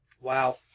Wow